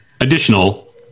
additional